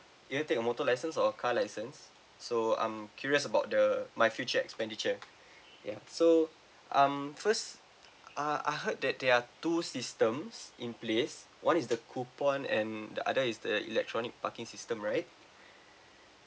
either take a motor license or car license so I'm curious about the my future expenditure ya so um first ah I heard that there are two systems in place one is the coupon and the other is the electronic parking system right